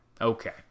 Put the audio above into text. Okay